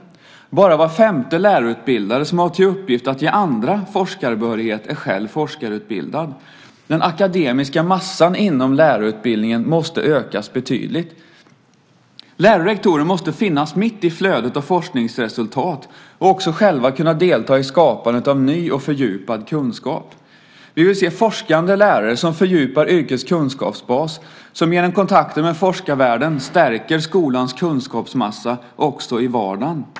Bara var femte lärarutbildare som har till uppgift att ge andra forskarbehörighet är själv forskarutbildad. Den akademiska massan inom lärarutbildningen måste ökas betydligt. Lärare och rektorer måste finnas mitt i flödet av forskningsresultat och också själva kunna delta i skapandet av ny och fördjupad kunskap. Vi vill se forskande lärare som fördjupar yrkets kunskapsbas och genom kontakter med forskarvärlden stärker skolans kunskapsmassa också i vardagen.